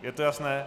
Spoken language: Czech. Je to jasné?